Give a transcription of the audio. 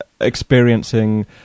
experiencing